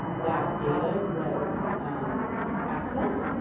that data was accessed,